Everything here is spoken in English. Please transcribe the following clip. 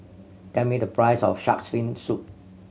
tell me the price of Shark's Fin Soup